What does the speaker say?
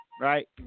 right